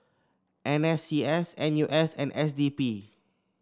N S C S N U S and S D P